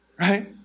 right